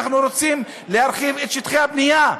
אנחנו רוצים להרחיב את שטחי הבנייה.